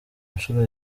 nshuro